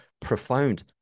profound